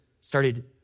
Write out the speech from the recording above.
started